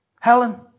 Helen